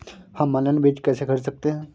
हम ऑनलाइन बीज कैसे खरीद सकते हैं?